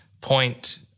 point